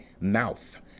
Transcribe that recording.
mouth